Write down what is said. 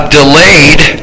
delayed